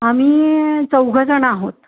आम्ही चौघंजण आहोत